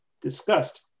discussed